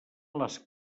les